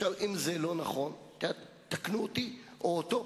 עכשיו, אם זה לא נכון, תקנו אותי, או אותו,